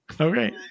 Okay